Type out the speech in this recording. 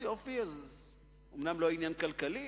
אז יופי, אז אומנם לא עניין כלכלי,